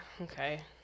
Okay